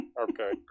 Okay